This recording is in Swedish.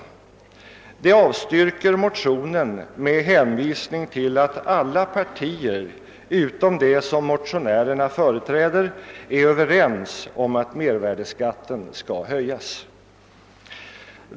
Utskottet avstyrker motionen med hänvisning till att »alla partier utom det som motionärerna företräder» är överens om att mervärdeskatten skall höjas.